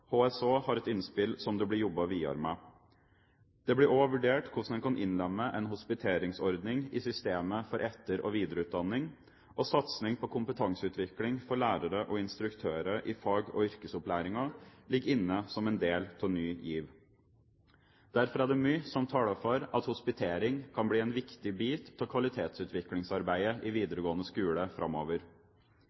har et innspill som det jobbes videre med. Det blir også vurdert hvordan man kan innlemme en hospiteringsordning i systemet for etter- og videreutdanning, og satsing på kompetanseutvikling for lærere og instruktører i fag- og yrkesopplæringen ligger inne som en del av Ny GIV. Derfor er det mye som taler for at hospitering kan bli en viktig bit av kvalitetsutviklingsarbeidet i videregående skole framover.